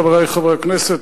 חברי חברי הכנסת,